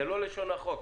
זה לא לשון החוק.